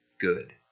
good